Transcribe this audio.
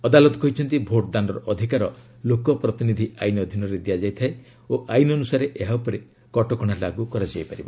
ଅଦାଲତ କହିଛନ୍ତି ଭୋଟ ଦାନର ଅଧିକାର ଲୋକପ୍ରତିନିଧି ଆଇନ୍ ଅଧୀନରେ ଦିଆଯାଇଥାଏ ଓ ଆଇନ୍ ଅନୁସାରେ ଏହା ଉପରେ କଟକଣା ଲାଗ୍ର କରାଯାଇ ପାରିବ